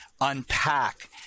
unpack